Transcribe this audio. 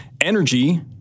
Energy